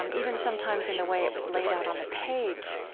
um even sometimes in the way it was laid out on the page,